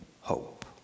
hope